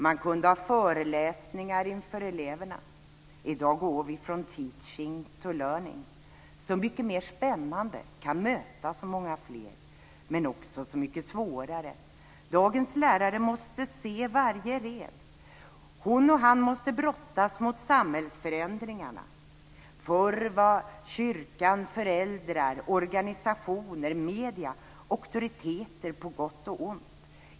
Man kunde ha föreläsningar inför eleverna. I dag går vi från teaching to learning. Så mycket mer spännande det blir. Man kan möta så många fler. Men det blir också så mycket svårare. Dagens lärare måste se varje elev. Hon och han måste brottas med samhällsförändringarna. Förr var kyrkan, föräldrar, organisationer och medier auktoriteter på gott och ont.